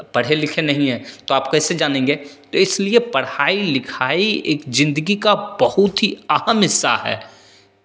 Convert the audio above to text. पढ़े लिखे नहीं है तो आप कैसे जानेंगे तो इसलिए पढ़ाई लिखाई ज़िंदगी का बहुत अहम हिस्सा है